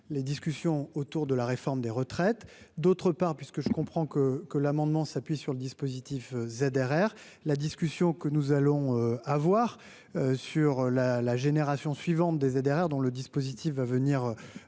les discussions autour de la réforme des retraites, d'autre part, puisque je comprends que que l'amendement s'appuie sur le dispositif ZRR la discussion que nous allons avoir sur la la génération suivante des ZRR dont le dispositif va venir